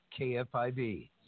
KFIV